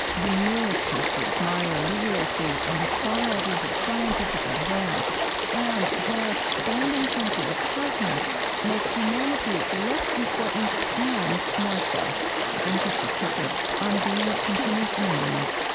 the newest mysteries mario livio sees on the far edges of scientific advance and how our expanding sense of the cosmos makes humanity less important and more so i'm krista tippett. on being continues in a moment